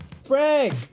Frank